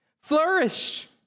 flourish